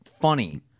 funny